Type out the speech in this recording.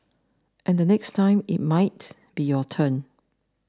and the next time it might be your turn